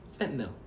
fentanyl